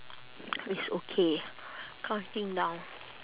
it's okay counting down